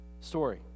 story